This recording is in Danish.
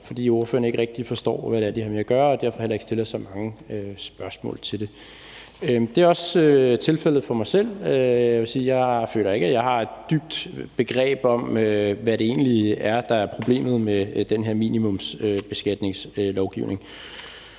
fordi ordførerne ikke rigtig forstår, hvad det er, de har med at gøre, og derfor heller ikke stiller så mange spørgsmål til det. Det er også tilfældet for mig selv. Jeg føler ikke, at jeg har et dybtgående kendskab om, hvad det egentlig er, der er problemet med den her minimumsbeskatningslovgivning.